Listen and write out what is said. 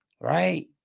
right